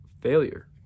failure